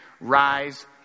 rise